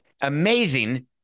Amazing